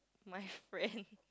my friend